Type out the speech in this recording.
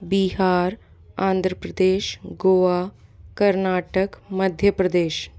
Bihar Andhra Pradesh Goa Karnataka Madhya Pradesh